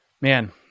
man